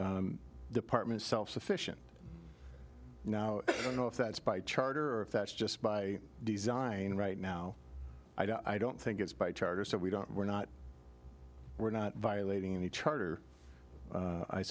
water department self sufficient now you know if that's by charter or if that's just by design right now i don't think it's by charter so we don't we're not we're not violating any charter